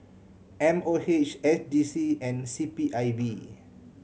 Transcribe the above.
M O H S D C and C P I B